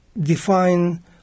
define